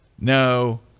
no